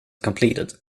completed